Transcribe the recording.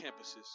campuses